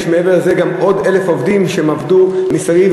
יש מעבר לזה גם עוד 1,000 עובדים שעבדו מסביב,